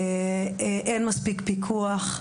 אין מספיק פיקוח,